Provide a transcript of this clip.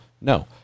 no